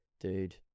dude